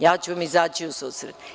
Ja ću vam izaći u susret.